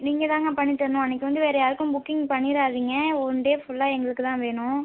நீங்கள் தாங்க பண்ணித்தரணும் அன்னைக்கு வந்து வேறு யாருக்கும் புக்கிங் பண்ணிடாதீங்கள் ஒன் டே ஃபுல்லா எங்களுக்கு தான் வேணும்